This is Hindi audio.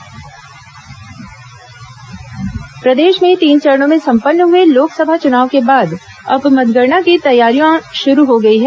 मतगणना प्रशिक्षण प्रदेश में तीन चरणों में संपन्न हुए लोकसभा चुनाव के बाद अब मतगणना की तैयारियां शुरू हो गई हैं